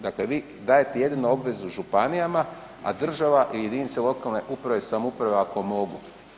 Dakle, vi dajete jedino obvezu županijama, a država i jedinice lokalne uprave i samouprave ako mogu.